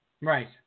Right